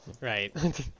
right